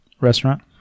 restaurant